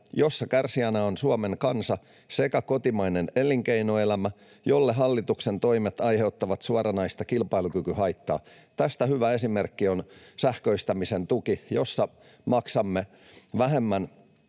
joissa kärsijänä ovat Suomen kansa sekä kotimainen elinkeinoelämä, jolle hallituksen toimet aiheuttavat suoranaista kilpailukykyhaittaa. Tästä hyvä esimerkki on sähköistämisen tuki, jossa maksamme vähemmän